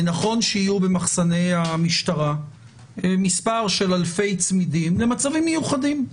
ונכון שיהיו במחסני המשטרה מספר של אלפי צמידים למצבים מיוחדים.